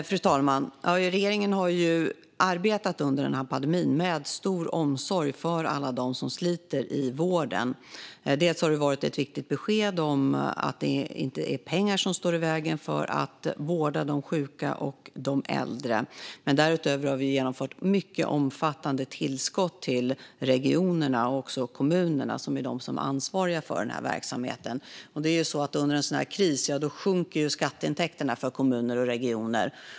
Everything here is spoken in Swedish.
Fru talman! Regeringen har under pandemin arbetat med stor omsorg om alla dem som sliter i vården. Det har bland annat handlat om det viktiga beskedet att det inte är pengar som står i vägen för att vårda de sjuka och de äldre. Därutöver har vi genomfört mycket omfattande tillskott till regionerna och kommunerna, som är ansvariga för den verksamheten. Under en sådan här kris sjunker skatteintäkterna i kommuner och regioner.